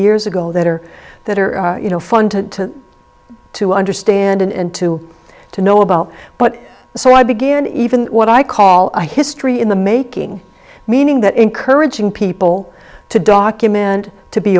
years ago that are that are you know fun to to understand and to to know about but so i began even what i call a history in the making meaning that encouraging people to document to be